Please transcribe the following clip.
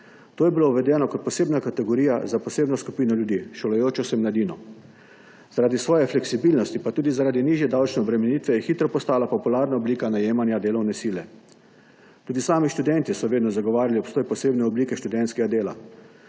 To je bilo uvedeno kot posebna kategorija za posebno skupino ljudi, šolajočo se mladino. Zaradi svoje fleksibilnosti pa tudi zaradi nižje davčne obremenitve je hitro postala popularna oblika najemanja delovne sile. Tudi sami študentje so vedno zagovarjali obstoj posebne oblike študentskega dela,